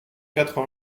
quatre